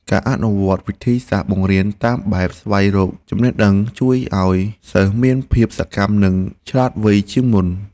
ការអនុវត្តវិធីសាស្ត្របង្រៀនតាមបែបស្វែងរកចំណេះដឹងជួយឱ្យសិស្សមានភាពសកម្មនិងឆ្លាតវៃជាងមុន។